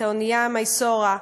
את האונייה "מיסורה",